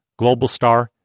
Globalstar